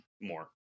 more